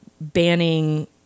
banning